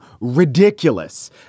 ridiculous